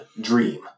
dream